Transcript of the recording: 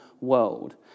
world